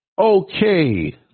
Okay